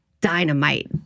dynamite